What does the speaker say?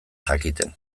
jakiten